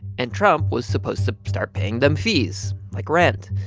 and trump was supposed to start paying them fees, like rent.